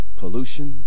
pollution